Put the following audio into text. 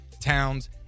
Towns